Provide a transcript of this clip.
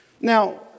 Now